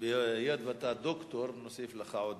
בין 20,000 ל-30,000 שקלים,